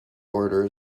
order